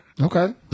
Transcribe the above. Okay